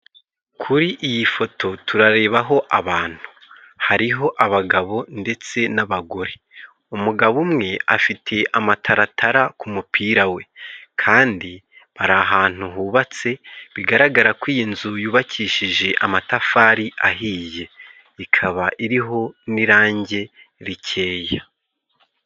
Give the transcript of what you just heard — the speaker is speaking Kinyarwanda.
Kuri iyi foto turarebaho abantu, hariho abagabo ndetse n'abagore umugabo umwe afite amataratara ku mupira we, kandi ari ahantu hubatse bigaragara ko iyi nzu yubakishije amatafari ahiye, ikaba iriho n'irangi rikeya.